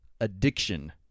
Addiction